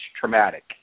traumatic